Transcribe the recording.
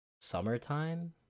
summertime